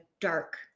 dark